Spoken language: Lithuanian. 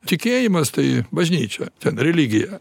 tikėjimas tai bažnyčia religija